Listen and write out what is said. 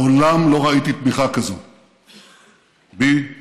מעולם לא ראיתי תמיכה כזאת בי, ואני